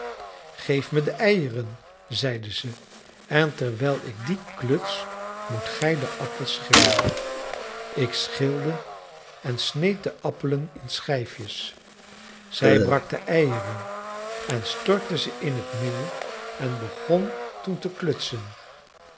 geef me de eieren zeide ze en terwijl ik die kluts moet gij de appels schillen ik schilde en sneed de appelen in schijfjes zij brak de eieren en stortte ze in het meel en begon toen te klutsen